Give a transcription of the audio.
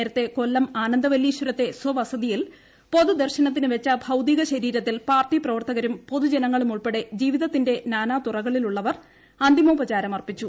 നേരത്തെ കൊല്ലം ആനന്ദവല്ലീശ്വരത്തെ സ്വവസതിയിൽ പൊതുദർശനത്തിന് വെച്ച ഭൌതിക ശരീരത്തിൽ പാർട്ടി പ്രവർത്തകരും പൊതുജനങ്ങളും ഉൾപ്പെടെ ജീവിതത്തിന്റെ നാനാതൂറകളിൽ ഉള്ളവർ അന്തിമോപചാരമർപ്പിച്ചു